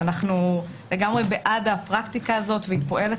אנחנו לגמרי בעד הפרקטיקה הזאת והיא פועלת